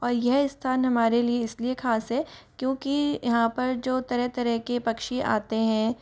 और यह स्थान हमारे लिए इसीलिए खास है क्योंकि यहाँ पर जो तरह तरह पक्षी आते हैं